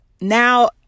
now